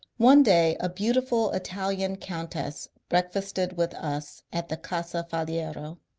one day a beautiful italian countess breakfasted with us at the casa faliero.